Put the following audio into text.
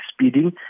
speeding